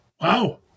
Wow